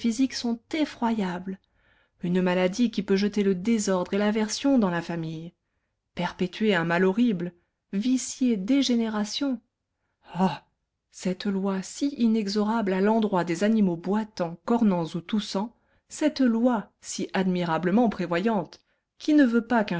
sont effroyables une maladie qui peut jeter le désordre et l'aversion dans la famille perpétuer un mal horrible vicier des générations oh cette loi si inexorable à l'endroit des animaux boitants cornants ou toussants cette loi si admirablement prévoyante qui ne veut pas